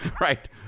Right